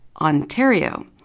Ontario